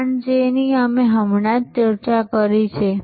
brand જેની અમે હમણાં જ ચર્ચા કરી છે